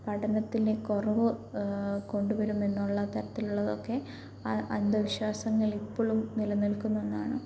പഠനത്തിൻ്റെ കുറവ് കൊണ്ടുവരും എന്നുള്ള തരത്തിലുള്ളതൊക്കെ അ അന്ധവിശ്വാസങ്ങളിപ്പളും നിലനിൽക്കുന്ന ഒന്നാണ്